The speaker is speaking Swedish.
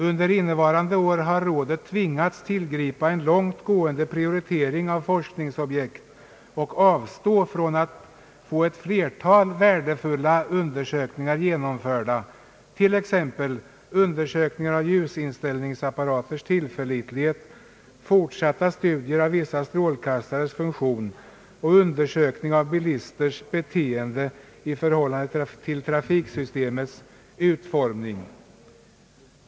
Under innevarande år har man tvingats tillgripa en långtgående prioritering av forskningsobjekt. Man måste avstå från att få ett flertal värdefulla undersökningar genomförda, t.ex. undersökningar av ljusinställningsapparaters tillförlitlighet, fortsatta studier av vissa strålkastares funktion och undersökning av bilisters beteende i förhållande till trafiksystemets utformning.